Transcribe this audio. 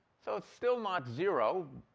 so it's still not zero,